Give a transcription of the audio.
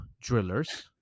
drillers